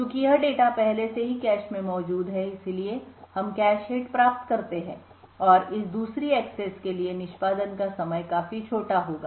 चूंकि यह डेटा पहले से ही कैश में मौजूद है इसलिए हम कैश हिट प्राप्त करते हैं और इस दूसरी एक्सेस के लिए निष्पादन का समय काफी छोटा होगा